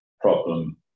problem